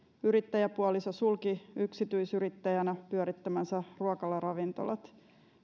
yrittäjäpuoliso sulki yksityisyrittäjänä pyörittämänsä ruokalaravintolat